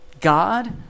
God